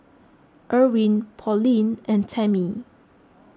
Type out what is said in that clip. Irwin Pauline and Tamie